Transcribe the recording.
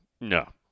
No